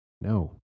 no